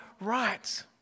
right